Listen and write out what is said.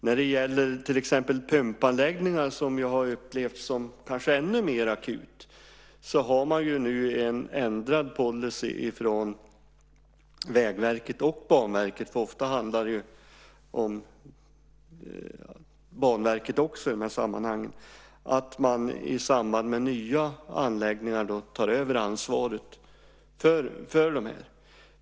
När det gäller till exempel pumpanläggningar, där detta kanske har upplevts som ännu mer akut, har man nu en ändrad policy från Vägverket och Banverket - ofta handlar det om Banverket också i de här sammanhangen - att man tar över ansvaret för nya anläggningar.